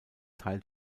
teil